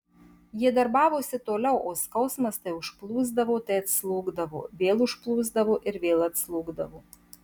jie darbavosi toliau o skausmas tai užplūsdavo tai atslūgdavo vėl užplūsdavo ir vėl atslūgdavo